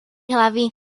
hlavy